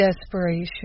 desperation